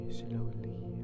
slowly